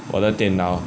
我的电脑